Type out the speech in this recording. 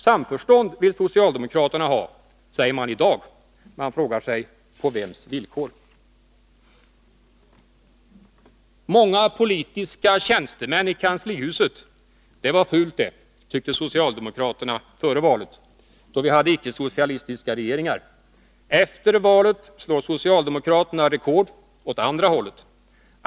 Samförstånd vill socialdemokraterna ha, säger de i dag. Man frågar sig: På vems villkor? Många politiska tjänstemän i kanslihuset — det var fult det, tyckte socialdemokraterna före valet, då vi hade icke-socialistiska regeringar. Efter valet slår socialdemokraterna rekord — åt andra hållet.